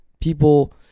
People